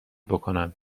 بکنند